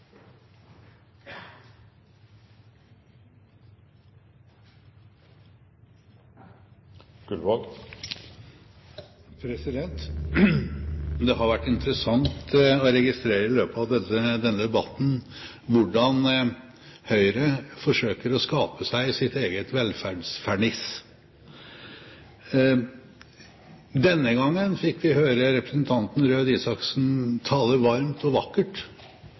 bjørnetjenester. Det har vært interessant å registrere i løpet av denne debatten hvordan Høyre forsøker å skape seg sin egen velferdsferniss. Denne gangen fikk vi høre representanten Røe Isaksen tale varmt og vakkert